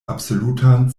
absolutan